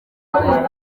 n’umuhutu